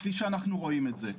כפי שאנחנו רואים את זה,